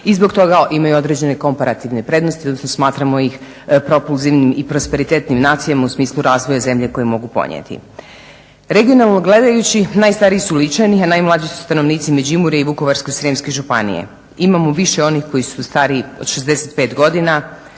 i zbog toga imaju određene komparativne prednosti, odnosno smatramo ih propulzivnim i prosperitetnim nacijama u smislu razvoja zemlje koje mogu podnijeti. Regionalno gledajući najstariji su Ličani, a najmlađi su stanovnici Međimurja i Vukovarsko-srijemske županije. Imamo više onih koji su stariji od 65 godina